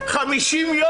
ברשותך אציין שנמצא